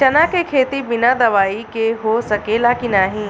चना के खेती बिना दवाई के हो सकेला की नाही?